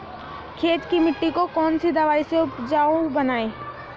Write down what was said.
खेत की मिटी को कौन सी दवाई से उपजाऊ बनायें?